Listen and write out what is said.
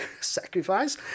sacrifice